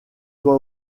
toi